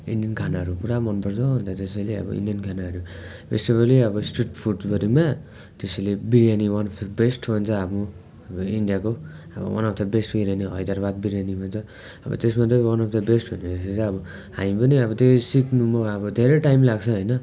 Indian खानाहरू पुरा मनपर्छ अन्त त्यसैले अब इन्डियन खानाहरू स्ट्रिट फुडहरूमा त्यसैले biryani one of the best भन्छ अब हाम्रो इन्डियाको one of the best biryani Hyderabad biryani भन्छ अब त्यसमा चाहिँ वान अफ द बेस्ट भनेपछि चाहिँ अब हामी पनि अब त्यही सिक्नुमा अब धेरै टाइम लाग्छ होइन